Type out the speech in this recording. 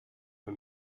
für